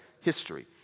history